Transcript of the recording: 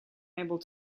able